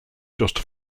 just